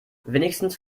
wenigstens